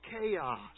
chaos